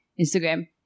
Instagram